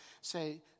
say